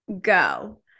go